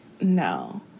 no